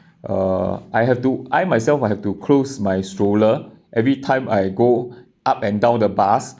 uh I have to I myself I have to close my stroller every time I go up and down the bus